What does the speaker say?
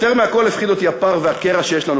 יותר מהכול הפחידו אותי הפער והקרע שיש לנו